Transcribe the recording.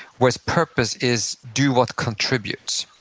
whereas purpose is do what contributes.